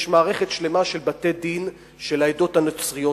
יש מערכת שלמה של בתי-דין של העדות הנוצריות,